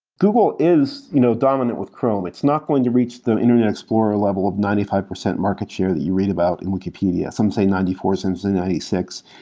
google is you know dominant with chrome. it's not going to reach the internet explorer level of ninety five percent market share that you read about in wikipedia. some say ninety four, some say ninety six.